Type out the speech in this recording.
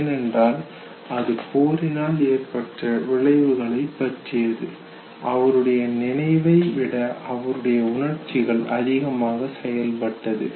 ஏனென்றால் அது போரினால் ஏற்பட்ட விளைவுகளைப் பற்றியது அவருடைய நினைவை விட அவருடைய உணர்ச்சிகள் அதிகமாக செயல்பட்டது